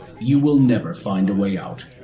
you will never find a way out.